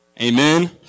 Amen